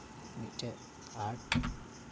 ᱢᱤᱫᱴᱮᱡ ᱟᱨᱴ